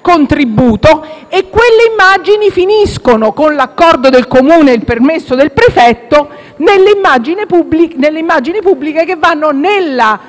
contributo, e quelle immagini finiscono, con l'accordo del Comune e il permesso del prefetto, nelle immagini pubbliche che vanno nella